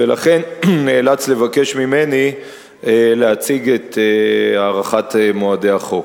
ולכן נאלץ לבקש ממני להציג את הארכת מועדי החוק.